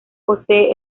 posee